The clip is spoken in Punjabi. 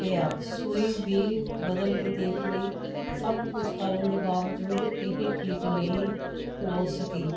ਪਿਆ ਸੂਈ ਵੀ ਬਦਲ ਕੇ ਦੇਖ ਲਈ ਸਭ ਕੁਝ ਕਰਨ ਦੇ ਬਾਵਜੂਦ ਇਹ ਠੀਕ ਨਹੀਂ ਹੋ ਸਕੀ